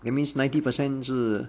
it means ninety percent 是